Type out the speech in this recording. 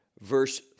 Verse